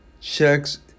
checks